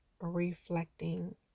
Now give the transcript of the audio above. reflecting